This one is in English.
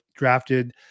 drafted